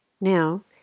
Now